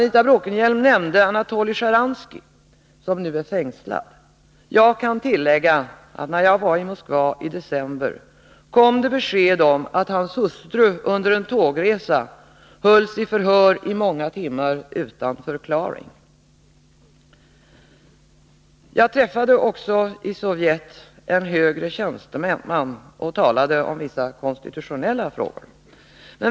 Anita Bråkenhielm nämnde Anatoly Sjtjaranskij, som nu är fängslad. Jag kan tillägga att det när jag var i Moskva i december kom besked om att hans hustru under en tågresa hållits i förhör i många timmar utan förklaring. Jag träffade i Sovjet också en högre tjänsteman och talade om vissa konstitutionella frågor.